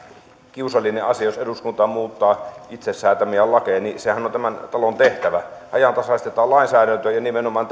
kiusallinen asia jos eduskunta muuttaa itse säätämiään lakeja sehän on tämän talon tehtävä ajantasaistetaan lainsäädäntöä ja nimenomaan